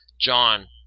John